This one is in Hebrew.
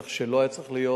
רצח שלא היה צריך להיות.